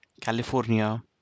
California